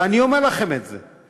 ואני אומר לכם את זה.